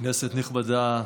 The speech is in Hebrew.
כנסת נכבדה,